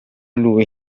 lui